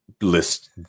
list